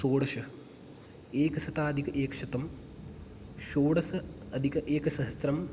षोडश एकशताधिक एकशतम् षोडश अधिक एकसहस्त्रम्